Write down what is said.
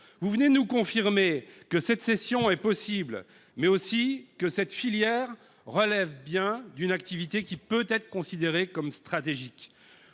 vous venez de nous confirmer que la cession était possible, mais aussi que la filière relevait bien d'une activité pouvant être considérée comme stratégique.